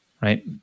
right